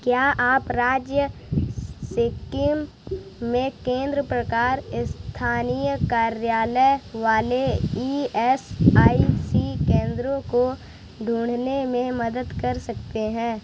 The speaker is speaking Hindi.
क्या आप राज्य सिक्किम में केंद्र प्रकार स्थानीय कार्यालय वाले ई एस आई सी केंद्रों को ढूँढने में मदद कर सकते हैं